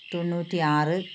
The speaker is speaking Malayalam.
തൊണ്ണൂറ്റി ആറ്